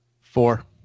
Four